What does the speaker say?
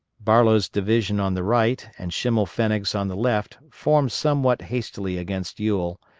barlow's division on the right and schimmelpfennig's on the left, formed somewhat hastily against ewell,